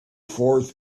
fourth